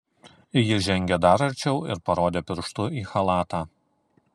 ji žengė dar arčiau ir parodė pirštu į chalatą